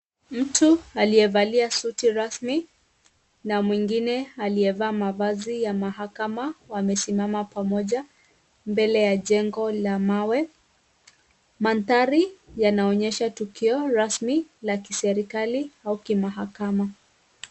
Mtu aliyevalia suti rasmi na mwingine aliyevaa mavazi ya mahakama wamesimama pamoja mbele ya jengo la mawe. Mandhari yanaonyesha tukio rasmi la kiserikali au mahakama.